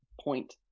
point